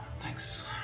thanks